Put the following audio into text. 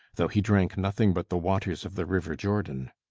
though he drank nothing but the waters of the river jordan.